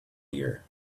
ear